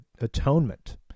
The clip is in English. atonement